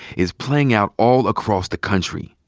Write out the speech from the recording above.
is playing out all across the country.